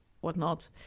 whatnot